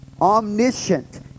omniscient